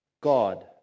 God